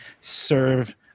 serve